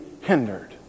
hindered